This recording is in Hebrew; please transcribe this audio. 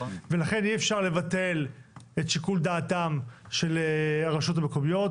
ולכן אי אפשר לבטל את שיקול דעתם של הרשויות המקומיות,